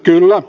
kyllä